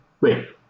Wait